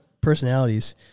personalities